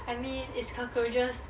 I mean it's cockroaches